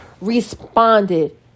responded